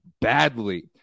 badly